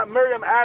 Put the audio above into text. Miriam